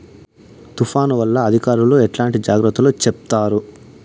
తుఫాను వల్ల అధికారులు ఎట్లాంటి జాగ్రత్తలు చెప్తారు?